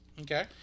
Okay